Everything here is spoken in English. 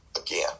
again